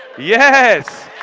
yes!